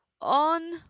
On